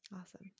Awesome